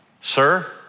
sir